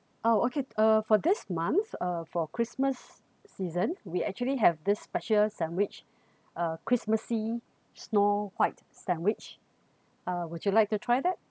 oh okay uh for this month uh for christmas season we actually have this special sandwich uh christmassy snow white sandwich uh would you like to try that